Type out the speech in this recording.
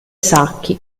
sacchi